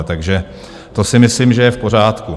Takže to si myslím, že je v pořádku.